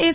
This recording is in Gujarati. એસ